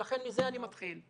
ולכן מזה אני מתחיל.